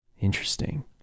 Interesting